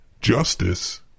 justice-